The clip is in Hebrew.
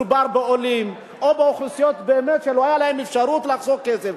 מדובר בעולים או באוכלוסיות שלא היתה להן אפשרות לחסוך כסף.